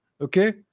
Okay